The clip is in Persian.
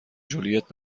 ژولیت